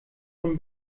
von